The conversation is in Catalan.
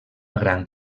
gran